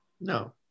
No